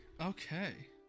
Okay